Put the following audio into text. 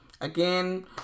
Again